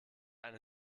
eine